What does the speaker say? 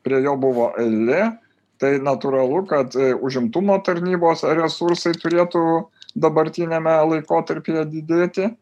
prie jo buvo eilė tai natūralu kad užimtumo tarnybos resursai turėtų dabartiniame laikotarpyje didėti